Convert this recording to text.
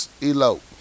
elope